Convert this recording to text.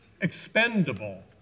expendable